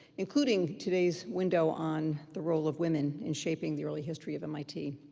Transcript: including today's window on the role of women in shaping the early history of mit.